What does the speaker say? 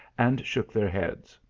and shook their heads.